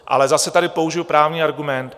Ale zase tady použiji právní argument.